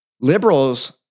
Liberals